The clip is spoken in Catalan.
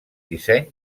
disseny